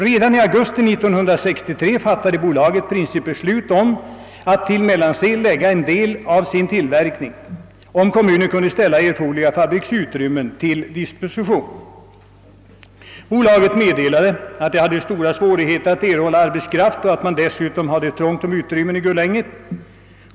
Redan i augusti 1963 fattade bolaget principbeslut om att till Mellansel förlägga en del av sin tillverkning, om kommunen kunde ställa erforderliga fabriksutrymmen till disposition. Bolaget meddelade att det hade stora svårigheter att erhålla arbetskraft och att man dessutom hade trångt om utrymmen i Gullänget.